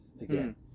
again